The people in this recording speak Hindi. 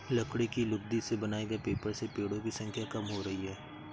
लकड़ी की लुगदी से बनाए गए पेपर से पेङो की संख्या कम हो रही है